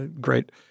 great